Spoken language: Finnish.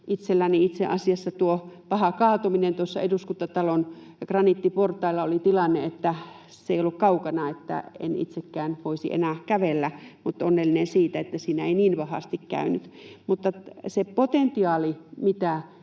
Itselläni itse asiassa tuo paha kaatuminen tuossa Eduskuntatalon graniittiportailla oli sellainen tilanne, ettei ollut kaukana, että en itsekään voisi enää kävellä, mutta olen onnellinen siitä, että siinä ei niin pahasti käynyt. Se potentiaali, mitä